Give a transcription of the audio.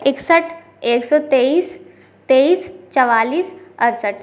इकसठ एक सौ तेईस तेईस चवालीस अड़सठ